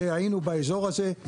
היינו באזור הזה,